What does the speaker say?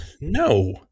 No